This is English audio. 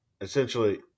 essentially